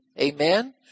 Amen